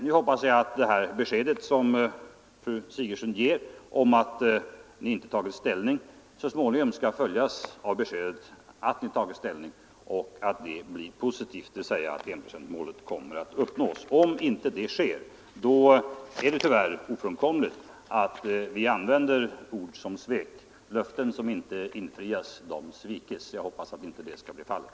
Nu hoppas jag att det besked fru Sigurdsen ger om att ni inte tagit ställning så småningom skall följas av besked att ni tagit ställning i positiv riktning — dvs. att enprocentsmålet kommer att uppnås. Om inte så sker är det tyvärr ofrånkomligt att vi använder ord som ”svek”. Löften som inte infrias, de sviks. Jag hoppas att det inte skall bli fallet.